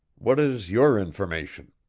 what is your information?